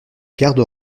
garde